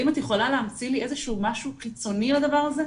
האם את יכולה להמציא לי איזה שהוא משהו קיצוני לדבר הזה?